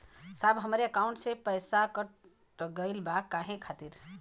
साहब हमरे एकाउंट से पैसाकट गईल बा काहे खातिर?